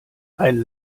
ein